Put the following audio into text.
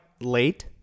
late